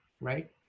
right